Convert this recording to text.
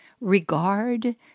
regard